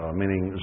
meaning